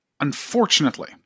Unfortunately